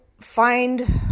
find